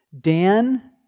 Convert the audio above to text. Dan